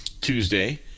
Tuesday